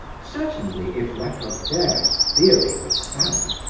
certainly, if lacordaire's theory were sound,